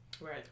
Right